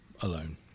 alone